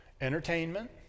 Entertainment